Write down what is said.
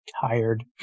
Tired